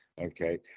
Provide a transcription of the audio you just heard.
Okay